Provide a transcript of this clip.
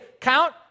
count